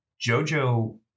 Jojo